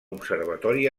observatori